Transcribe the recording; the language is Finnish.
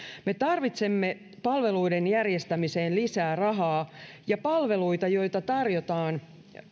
me tarvitsemme palveluiden järjestämiseen lisää rahaa ja palveluita joita tarjotaan